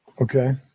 Okay